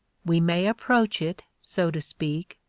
we may approach it, so to speak,